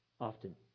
often